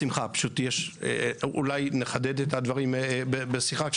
בשמחה, אולי נחדד את הדברים בשיחה.